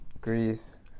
Greece